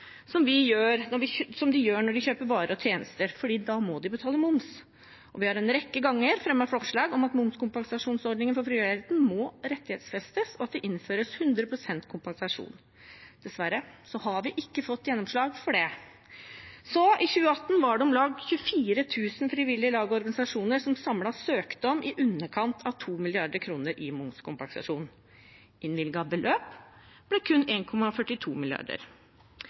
som de gjør når de kjøper varer og tjenester, for da må de betale moms. Vi har en rekke ganger fremmet forslag om at momskompensasjonsordningen for frivilligheten må rettighetsfestes, og at det innføres 100 pst. kompensasjon. Dessverre har vi ikke fått gjennomslag for det. I 2018 var det om lag 24 000 frivillige lag og organisasjoner som samlet søkte om i underkant av 2 mrd. kr i momskompensasjon. Innvilget beløp ble kun 1,42 mrd. kr. En